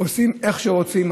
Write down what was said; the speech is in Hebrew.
עושים איך שרוצים,